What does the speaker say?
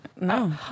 No